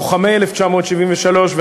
לוחמי 1973,